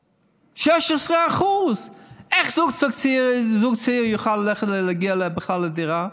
16%. איך זוג צעיר יוכל להגיע בכלל לדירה?